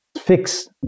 fix